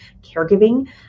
caregiving